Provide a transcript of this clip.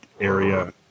area